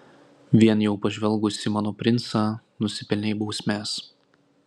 vien jau pažvelgusi į mano princą nusipelnei bausmės